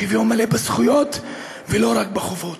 שוויון מלא בזכויות ולא רק בחובות.